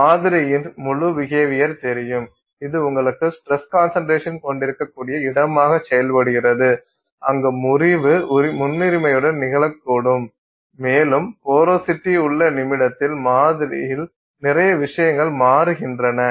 மாதிரியின் முழு பிஹேவியர் தெரியும் இது உங்களுக்கு ஸ்டிரஸ் கான்சன்ட்ரேசன் கொண்டிருக்கக்கூடிய இடமாக செயல்படுகிறது அங்கு முறிவு முன்னுரிமையுடன் நிகழக்கூடும் மேலும் போரோசிட்டி உள்ள நிமிடத்தில் மாதிரியில் நிறைய விஷயங்கள் மாறுகின்றன